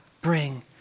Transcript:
bring